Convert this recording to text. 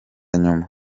nyuma